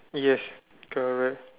yes correct